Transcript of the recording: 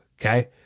okay